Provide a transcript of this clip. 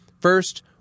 First